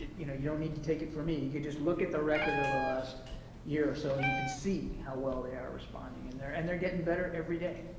you know you don't need to take it from me, you could just look at the record over the last year or so and you can see how well they are responding. and they're and they're getting better every day.